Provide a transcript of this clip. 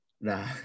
nah